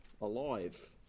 alive